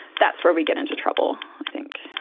that's where we get into trouble i think.